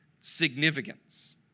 significance